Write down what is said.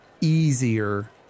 easier